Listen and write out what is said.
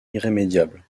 irrémédiable